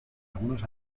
algunos